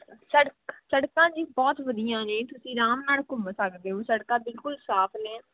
ਸੜਕ ਸੜਕਾਂ ਜੀ ਬਹੁਤ ਵਧੀਆ ਨੇ ਤੁਸੀਂ ਆਰਾਮ ਨਾਲ ਘੁੰਮ ਸਕਦੇ ਓ ਸੜਕਾਂ ਬਿਲਕੁਲ ਸਾਫ਼ ਨੇ